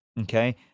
Okay